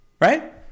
right